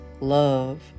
Love